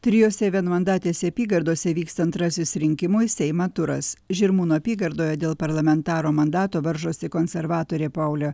trijose vienmandatėse apygardose vyks antrasis rinkimų į seimą turas žirmūnų apygardoje dėl parlamentaro mandato varžosi konservatorė paulė